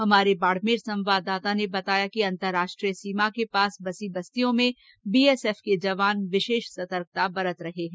हमारे बाड़मेर संवाददाता ने बताया कि अंतरराष्ट्रीय सीमा के पास बसी बस्तियों में बीएसएफ के जवान विशेष सतर्कता बरत रहे हैं